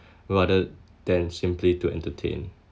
rather than simply to entertain